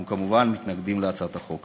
אנחנו כמובן מתנגדים להצעת החוק.